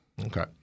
Okay